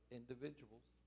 individuals